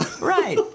right